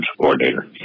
coordinator